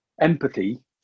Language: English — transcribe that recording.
empathy